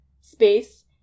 space